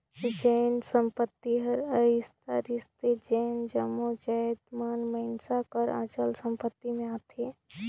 जेन संपत्ति हर अस्थाई रिथे तेन जम्मो जाएत मन मइनसे कर अचल संपत्ति में आथें